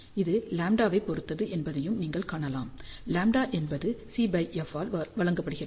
இது λ ஐப் பொறுத்தது என்பதையும் நீங்கள் காணலாம் λ என்பது cf ஆல் வழங்கப்படுகிறது